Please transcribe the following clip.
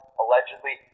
allegedly